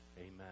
Amen